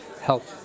help